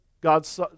God's